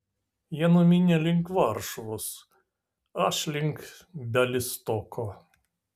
jie numynė link varšuvos aš link bialystoko